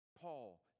Paul